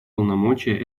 полномочия